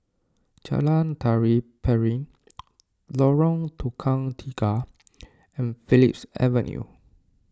Jalan Tari Piring Lorong Tukang Tiga and Phillips Avenue